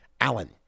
Allen